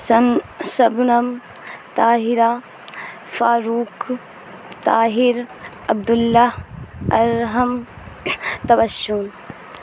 سن Shabnam Tahira Farooq Tahir Abdullah Arham تبسم